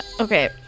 okay